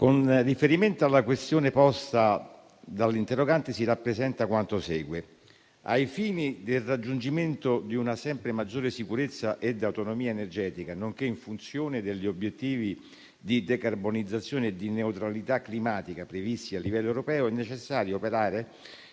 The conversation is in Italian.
Con riferimento alla questione posta dall'interrogante, si rappresenta quanto segue: ai fini del raggiungimento di una sempre maggior sicurezza e autonomia energetica, nonché in funzione degli obiettivi di decarbonizzazione e di neutralità climatica previsti a livello europeo, è necessario operare